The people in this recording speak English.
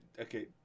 okay